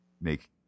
make